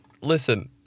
listen